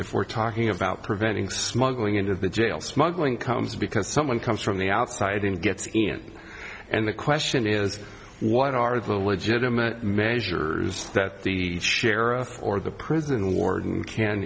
if we're talking about preventing smuggling into the jail smuggling comes because someone comes from the outside and gets it and the question is what are the legitimate measures that the sheriff or the prison warden can